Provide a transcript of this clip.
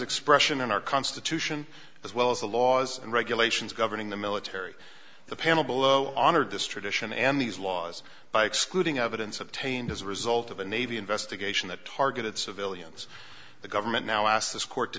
expression in our constitution as well as the laws and regulations governing the military the panel below honored this tradition and these laws by excluding evidence obtained as a result of a navy investigation that targeted civilians the government now asked this court to